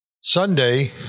Sunday